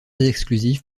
exclusif